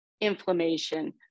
inflammation